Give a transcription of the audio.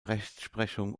rechtsprechung